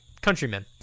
countrymen